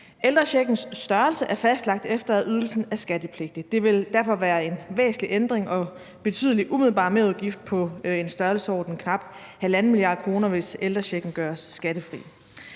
Ældrecheckens størrelse er fastlagt efter, at ydelsen er skattepligtig. Det vil derfor være en væsentlig ændring og betyde en umiddelbar merudgift i en størrelsesorden på knap 1,5 mia. kr., hvis ældrechecken gøres skattefri.